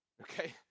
okay